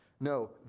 No